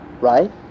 right